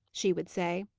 she would say.